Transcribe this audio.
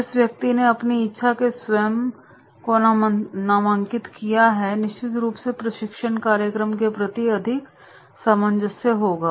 जिस व्यक्ति ने अपनी इच्छा से स्वयं को नामांकित किया है निश्चित रूप से प्रशिक्षण कार्यक्रम के प्रति अधिक सामंजस्य होगा